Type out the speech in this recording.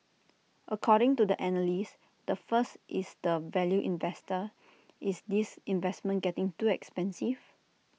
according to the analyst the first is the value investor is this investment getting too expensive